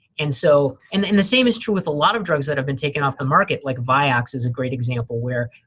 and so and and the same is true with a lot of drugs that have been taken off the market, like vioxx is a great example where,